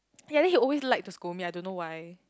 ya then he always like to scold me I don't know why